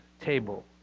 table